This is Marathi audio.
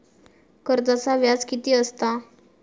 कर्जाचा व्याज कीती असता?